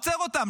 מה עוצר אותם?